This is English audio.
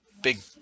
big